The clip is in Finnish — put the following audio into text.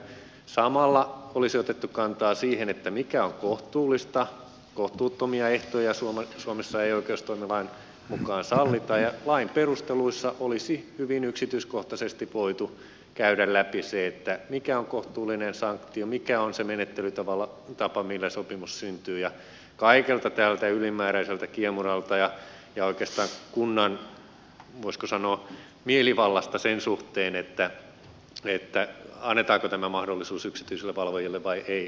samalla olisi otettu kantaa siihen mikä on kohtuullista kohtuuttomia ehtoja suomessa ei oikeustoimilain mukaan sallita ja lain perusteluissa olisi hyvin yksityiskohtaisesti voitu käydä läpi se mikä on kohtuullinen sanktio mikä on se menettelytapa millä sopimus syntyy ja kaikelta tältä ylimääräiseltä kiemuralta ja oikeastaan kunnan voisiko sanoa mielivallasta sen suhteen että annetaanko tämä mahdollisuus yksityisille valvojille vai ei olisi päästy eroon